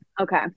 Okay